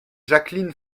jacqueline